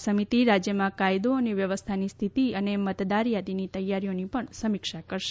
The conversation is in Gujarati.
આ સમિતિ રાજ્યમાં કાયદો અને વ્યવસ્થાની સ્થિતિ અને મતદાર યાદીની તૈથીઓની પણ સમીક્ષા કરશે